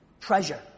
Treasure